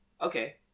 Okay